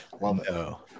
no